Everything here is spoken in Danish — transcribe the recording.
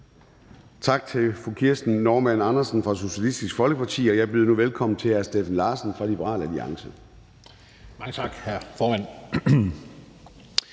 tak til fru Kirsten Normann Andersen fra Socialistisk Folkeparti. Og jeg byder nu velkommen til hr. Steffen Larsen fra Liberal Alliance. Kl. 13:16 (Ordfører)